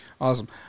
awesome